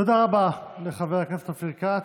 תודה רבה לחבר הכנסת אופיר כץ.